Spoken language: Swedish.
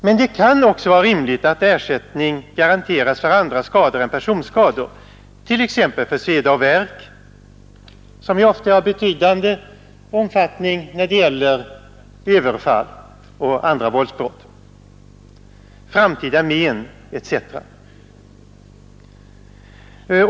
Men det kan också vara rimligt att ersättning garanteras för andra skador än personskador, t.ex. för sveda och värk, som ju ofta är av betydande omfattning när det gäller överfall och andra våldsbrott, och för framtida men etc.